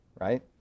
right